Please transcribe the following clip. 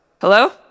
Hello